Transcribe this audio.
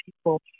people